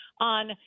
on